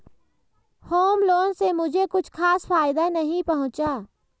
home loan से मुझे कुछ खास फायदा नहीं पहुंचा